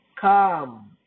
Come